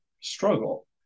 struggle